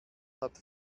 hat